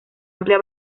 amplia